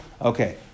Okay